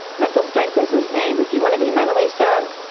mental strength is the same. if you want to be mentally strong,